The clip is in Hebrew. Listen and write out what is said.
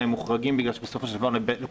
כי אם אנחנו לא נעביר את זה היום,